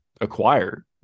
acquire